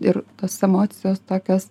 ir tos emocijos tokios